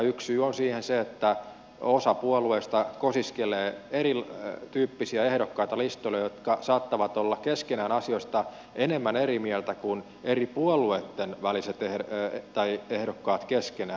yksi syy siihen on se että osa puolueista kosiskelee listoille erityyppisiä ehdokkaita jotka saattavat olla keskenään asioista enemmän eri mieltä kuin eri puolueitten väliset ehdokkaat keskenään